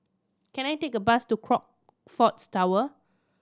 can I take a bus to Crockfords Tower